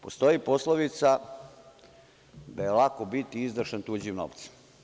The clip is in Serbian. Postoji poslovica da je lako biti izdašan tuđim novcem.